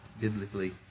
biblically